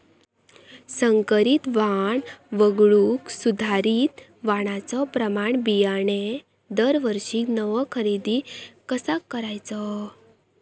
संकरित वाण वगळुक सुधारित वाणाचो प्रमाण बियाणे दरवर्षीक नवो खरेदी कसा करायचो?